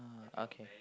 okay